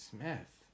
Smith